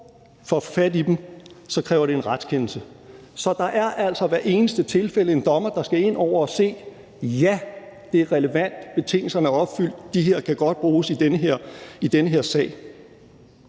få fat i oplysningerne. Så der er altså i hvert eneste tilfælde en dommer, der skal ind over og sige: Ja, det er relevant, betingelserne er opfyldt, og de kan godt bruges i den sag.